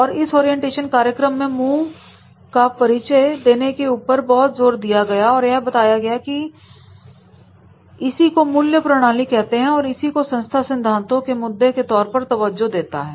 और इस ओरिएंटेशन कार्यक्रम में मूल्यों का परिचय देने के ऊपर बहुत जोर दिया गया और यह बताया गया कि इसी को मूल्य प्रणाली कहते हैं और इसी को संस्था सिद्धांतों के मुद्दों के तौर पर तवज्जो देता है